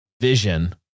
vision